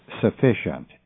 sufficient